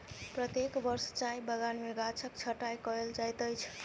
प्रत्येक वर्ष चाय बगान में गाछक छंटाई कयल जाइत अछि